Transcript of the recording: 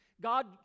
God